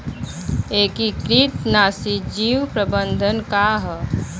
एकीकृत नाशी जीव प्रबंधन का ह?